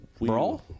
Brawl